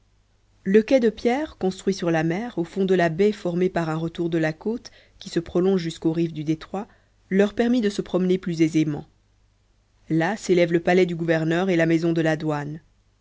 le quai de pierre construit sur la mer au fond de la baie formée par un retour de la côte qui se prolonge jusqu'aux rives du détroit leur permit de se promener plus aisément là s'élèvent le palais du gouverneur et la maison de la douane